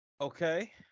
Okay